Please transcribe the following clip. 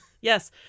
yes